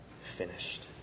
finished